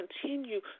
continue